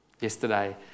Yesterday